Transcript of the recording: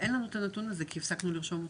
אין לנו את הנתון הזה כי הפסקנו לרשום אותם.